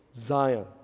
Zion